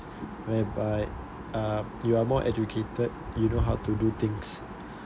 whereby uh you are more educated you know how to do things